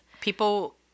People